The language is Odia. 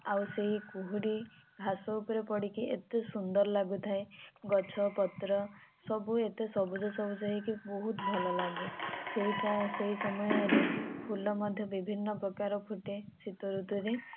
ଆଉ ସେହି କୁହୁଡ଼ି ଘାସ ଉପରେ ପଡ଼ିକି ଏତେ ସୁନ୍ଦର ଲାଗୁଥାଏ ଗଛ ପତ୍ର ସବୁ ଏତେ ସବୁଜ ସବୁଜ ହୋଇକି ବହୁତ ଭଲ ଲାଗେ ସେଇଟା ସେହି ସମୟରେ ଫୁଲ ମଧ୍ୟ ବିଭିନ୍ନ ପ୍ରକାରର ଫୁଟେ ଶୀତ ଋତୁରେ